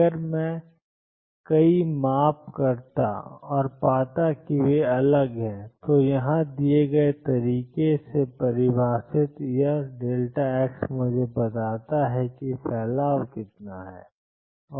अगर मैं कई माप करता हूं और पाता हूं कि वे अलग हैं तो यहां दिए गए तरीके से परिभाषित यह x मुझे बताता है कि फैलाव कितना है